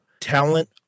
talent